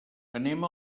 anem